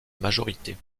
majorité